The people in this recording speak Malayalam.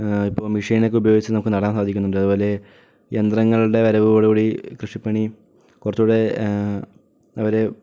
ഇപ്പോൾ മെഷീനോക്കെ ഉപയോഗിച്ച് നമുക്ക് നടാൻ സാധിക്കുന്നുണ്ട് അതുപോലെ യന്ത്രങ്ങളുടെ വരവോടുകൂടി കൃഷിപ്പണിയും കുറച്ചുകൂടെ അവർ